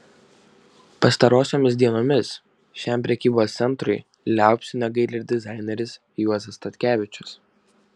pastarosiomis dienomis šiam prekybos centrui liaupsių negaili ir dizaineris juozas statkevičius